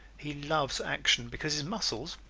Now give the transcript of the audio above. he loves action because his muscles,